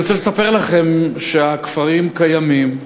אני רוצה לספר לכם שהכפרים קיימים,